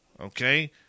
Okay